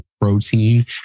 protein